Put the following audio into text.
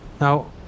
Now